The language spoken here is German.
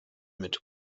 mit